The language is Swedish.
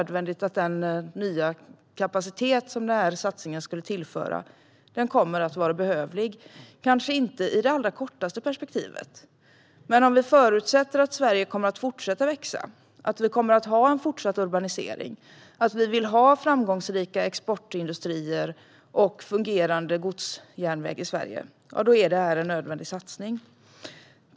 Den nya kapacitet som den här satsningen skulle tillföra kommer att vara behövlig, kanske inte i det kortaste perspektivet, men om vi förutsätter att Sverige kommer att fortsätta att växa, att det blir en fortsatt urbanisering, att vi vill ha framgångsrika exportindustrier och fungerande godsjärnväg i Sverige, ja, då är detta en nödvändig satsning.